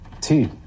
Tea